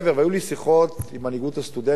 והיו לי שיחות עם מנהיגות הסטודנטים,